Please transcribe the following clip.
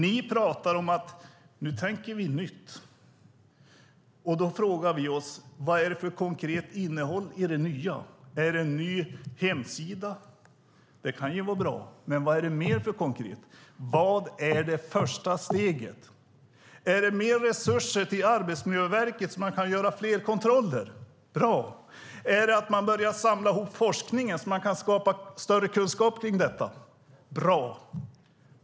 Ni pratar om att ni tänker nytt. Då frågar vi oss: Vad är det för konkret innehåll i det nya? Är det en ny hemsida? Det kan ju vara bra. Men vad är det mer konkret? Vad är det första steget? Är det mer resurser till Arbetsmiljöverket, så att de kan göra fler kontroller? Bra! Är det att man börjar samla ihop forskningen, så att man kan skapa större kunskap kring detta? Bra!